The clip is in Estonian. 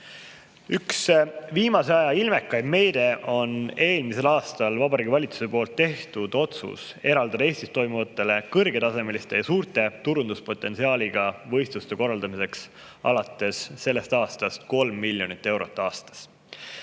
Üks viimase aja ilmekaim meede on eelmisel aastal Vabariigi Valitsuse tehtud otsus eraldada Eestis toimuvate kõrgetasemeliste ja suure turunduspotentsiaaliga võistluste korraldamiseks alates sellest aastast 3 miljonit eurot aastas.